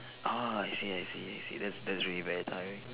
orh I see I see I see that is that is really very tiring